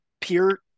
peer